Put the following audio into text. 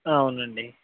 ఆ అవునండి